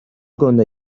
گنده